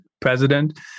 president